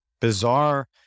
bizarre